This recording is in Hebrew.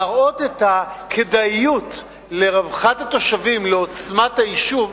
להראות את הכדאיות לרווחת התושבים, לעוצמת היישוב.